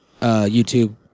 YouTube